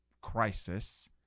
crisis